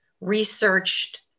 researched